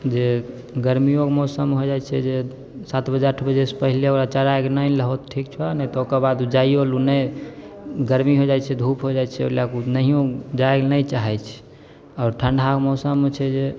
जे गरमिओके मौसम हो जाइ छै जे सात बजे आठ बजेसे पहिले अगर चराइके नहि लाहो तऽ ठीक छऽ ओकर बाद ओ जाइओलए नहि गरमी हो जाइ छै धूप हो जाइ छै ओहिलेके नहिओ जाइलए नहि चाहै छै आओर ठण्डाके मौसममे छै जे